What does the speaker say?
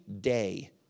day